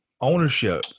ownership